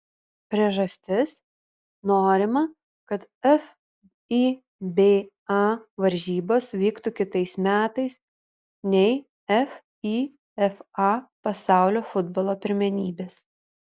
priežastis norima kad fiba varžybos vyktų kitais metais nei fifa pasaulio futbolo pirmenybės